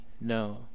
no